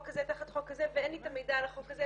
כזה ותחת חוק כזה ואין לי את המידע על החוק הזה,